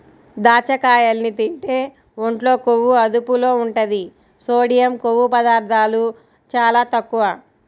దాచ్చకాయల్ని తింటే ఒంట్లో కొవ్వు అదుపులో ఉంటది, సోడియం, కొవ్వు పదార్ధాలు చాలా తక్కువ